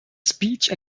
speech